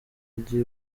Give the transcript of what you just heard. mujyi